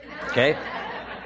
Okay